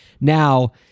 now